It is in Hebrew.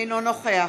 אינו נוכח